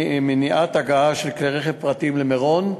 מניעת הגעה של כלי רכב פרטיים למירון,